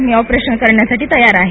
मी operation करण्यास तयार आहे